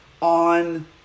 on